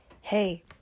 hey